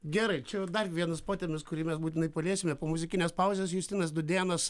gerai čia dar vienas potemis kurį mes būtinai paliesime po muzikinės pauzės justinas dūdėnas